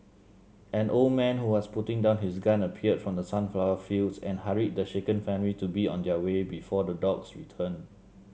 an old man who was putting down his gun appeared from the sunflower fields and hurried the shaken family to be on their way before the dogs return